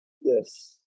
yes